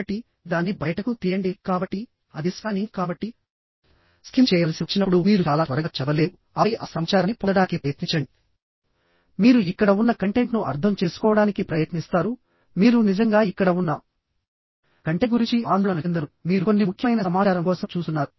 కాబట్టి దాన్ని బయటకు తీయండి కాబట్టి అది స్కానింగ్ కాబట్టి ఇప్పుడు మీరు స్కిమ్ చేయవలసి వచ్చినప్పుడు మీరు చాలా త్వరగా చదవలేరు ఆపై ఆ సమాచారాన్ని పొందడానికి ప్రయత్నించండి మీరు ఇక్కడ ఉన్న కంటెంట్ను అర్థం చేసుకోవడానికి ప్రయత్నిస్తారుమీరు నిజంగా ఇక్కడ ఉన్న కంటెంట్ గురించి ఆందోళన చెందరుమీరు కొన్ని ముఖ్యమైన సమాచారం కోసం చూస్తున్నారు